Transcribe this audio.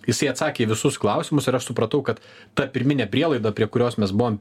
jisai atsakė į visus klausimus ir aš supratau kad ta pirminė prielaida prie kurios mes buvom